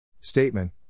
Statement